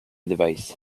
device